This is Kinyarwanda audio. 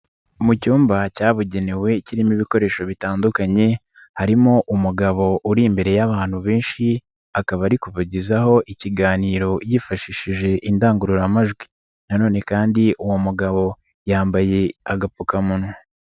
Mu cyumba cyabugenewe kirimo ibikoresho bitandukanye harimo umugabo uri imbere y'abantu benshi akaba ari kubagezaho ikiganiro yifashishije indangururamajwi, nanone kandi uwo mugabo yambaye agapfukamunwa.